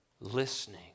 listening